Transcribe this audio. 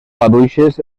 maduixes